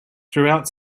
throughout